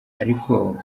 ariko